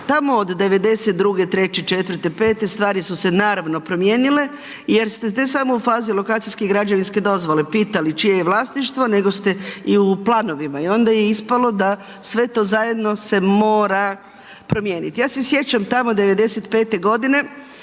Tamo od '92, 3, 4, 5 stvari su se naravno promijenile, jer ste ne samo u fazi lekcijskih građevinske dozvole pitali čije je vlasništvo, nego ste i u planovima i onda je ispalo da sve to zajedno se mora promijeniti. Ja se sjećam tamo '95. g.